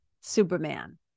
Superman